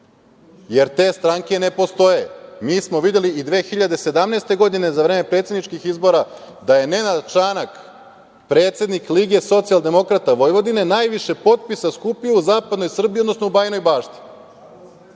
jer te stranke ne postoje. Mi smo videli i 2017. godine, za vreme predsedničkih izbora, da je Nenad Čanak, predsednik Lige socijaldemokrata Vojvodine najviše potpisa skupio u zapadnoj Srbiji, odnosno u Bajinoj Bašti.